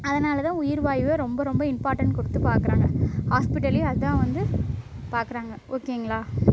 அதனால் தான் உயிர்வாய்வை ரொம்ப ரொம்ப இம்பார்ட்டண்ட் கொடுத்து பார்க்குறாங்க ஹாஸ்பிட்டல்லையும் அதுதான் வந்து பார்க்குறாங்க ஓகேங்களா